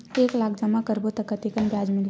एक लाख जमा करबो त कतेकन ब्याज मिलही?